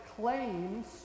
claims